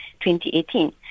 2018